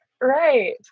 Right